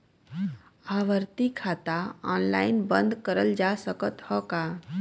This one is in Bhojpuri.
आवर्ती खाता ऑनलाइन बन्द करल जा सकत ह का?